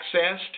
accessed